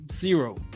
zero